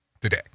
today